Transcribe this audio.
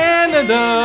Canada